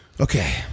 Okay